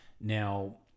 now